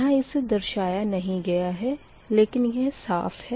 यहाँ इसे दर्शाया नहीं गया है लेकिन यह साफ़ है